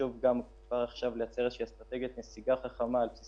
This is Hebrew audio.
חשוב כבר עכשיו לייצר איזושהי אסטרטגיית נסיגה חכמה על בסיס